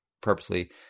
purposely